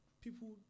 people